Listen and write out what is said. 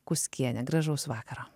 kuskienė gražaus vakaro